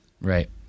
Right